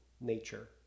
nature